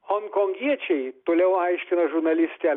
honkongiečiai toliau aiškina žurnalistė